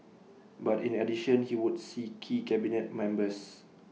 but in addition he would see key cabinet members